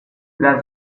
las